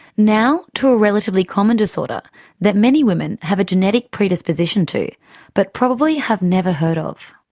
now to a relatively common disorder that many women have a genetic predisposition to but probably have never heard of.